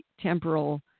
temporal